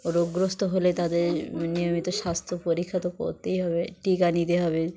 রোগগ্রস্থ হলে তাদের নিয়মিত স্বাস্থ্য পরীক্ষা তো করতেই হবে টিকা নিতে হবে